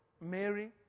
Mary